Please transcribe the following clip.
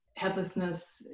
headlessness